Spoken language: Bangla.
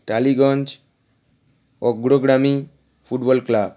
টালিগঞ্জ অগ্রগ্রামী ফুটবল ক্লাব